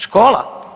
Škola?